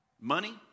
money